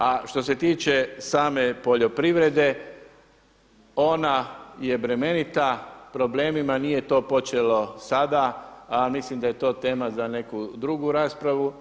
A što se tiče same poljoprivrede, ona je bremenita, problemima nije to počelo sada ali mislim da je to tema za neku drugu raspravu.